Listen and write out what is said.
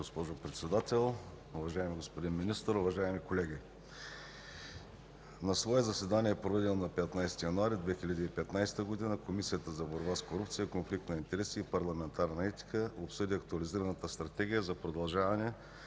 госпожо Председател, уважаеми господин Министър, уважаеми колеги! „На свое заседание, проведено на 15 януари 2015 г., Комисията за борба с корупцията, конфликт на интереси и парламентарна етика обсъди Актуализирана стратегия за продължаване